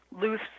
loose